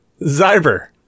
Zyber